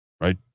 right